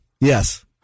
Yes